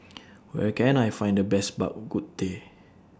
Where Can I Find The Best Bak Kut Teh